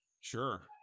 sure